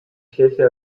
kirche